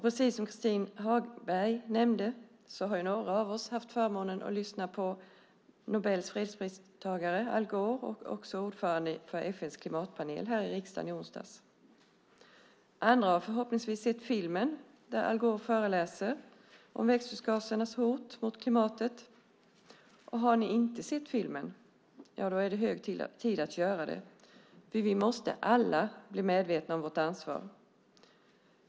Precis som Christin Hagberg nämnde hade några av oss förmånen att lyssna på Nobels fredspristagare Al Gore och ordföranden för FN:s klimatpanel här i riksdagen i onsdags. Andra har förhoppningsvis sett filmen där Al Gore föreläser om växthusgasernas hot mot klimatet. Har ni inte sett filmen är det hög tid att göra det. Vi måste alla bli medvetna om vårt ansvar.